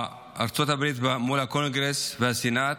בארצות הברית, מול הקונגרס והסנאט.